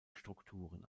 strukturen